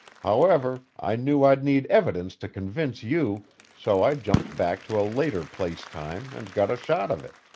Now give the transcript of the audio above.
however, i knew i'd need evidence to convince you, so i jumped back to a later place-time and got a shot of it.